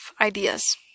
ideas